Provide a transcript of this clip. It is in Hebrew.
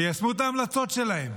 תיישמו את ההמלצות שלה,